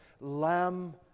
Lamb